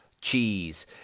cheese